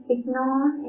Ignore